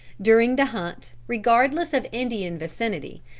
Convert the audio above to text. during the hunt, regardless of indian vicinity,